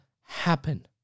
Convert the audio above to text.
happen